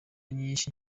nyinshi